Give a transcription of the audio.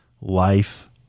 life